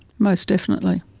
most definitely.